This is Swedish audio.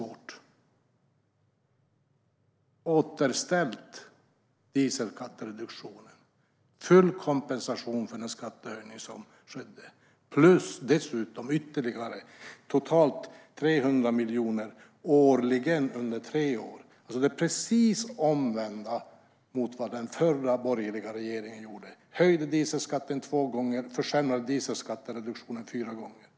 Vi har återställt dieselskattereduktionen och ger full kompensation för den skattehöjning som skedde plus ytterligare totalt 300 miljoner årligen under tre år. Det är precis det omvända mot vad som gjordes av den förra, borgerliga regeringen, som höjde dieselskatten två gånger och försämrade dieselskattereduktionen fyra gånger.